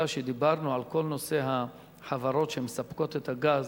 שדיברנו על כל נושא החברות שמספקות את הגז